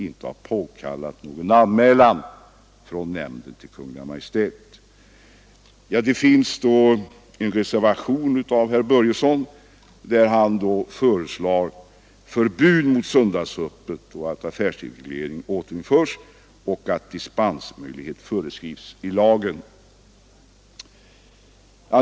Herr Börjesson har reserverat sig mot detta yttrande och anser att nämnden borde ha föreslagit att förbud mot söndagsöppet införs, att affärstidsregleringen återinförs och att dispensmöjlighet föreskrivs i lagen.